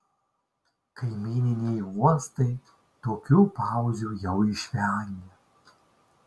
kaimyniniai uostai tokių pauzių jau išvengia